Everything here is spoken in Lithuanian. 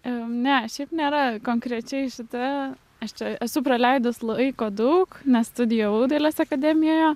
ne šiaip nėra konkrečiai šita aš čia esu praleidus laiko daug nes studijavau dailės akademijoje